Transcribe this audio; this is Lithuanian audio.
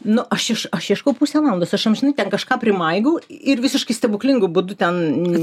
nu aš ieš aš ieškau pusę valandos aš amžinai ten kažką primaigau ir visiškai stebuklingu būdu ten